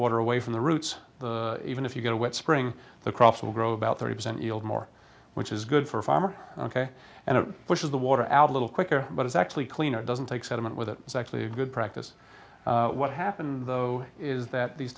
water away from the roots even if you get a wet spring the crops will grow about thirty percent yield more which is good for farmers ok and it pushes the water out a little quicker but it's actually cleaner doesn't take sediment with it it's actually a good practice what happened though is that these